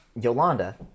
Yolanda